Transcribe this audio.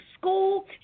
school